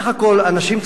אנשים צעירים,